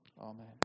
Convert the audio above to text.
Amen